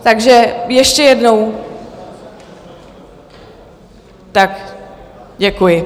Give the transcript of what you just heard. Takže ještě jednou... tak děkuji.